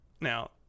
Now